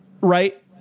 right